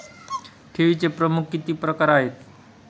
ठेवीचे प्रमुख किती प्रकार आहेत?